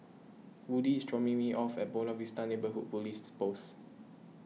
Woodie is dropping me off at Buona Vista Neighbourhood Police Post